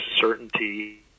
certainty